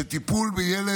שטיפול בילד,